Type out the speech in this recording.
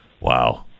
Wow